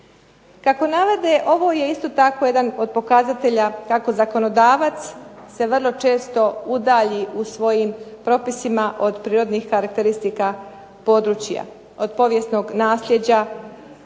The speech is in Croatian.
Kako navode, ovo je isto tako jedan od pokazatelja kako zakonodavac se vrlo često udalji u svojim propisima od prirodnih karakteristika područja od povijesnog naslijeđa